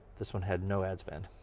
this one had no ad spend.